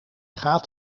gaat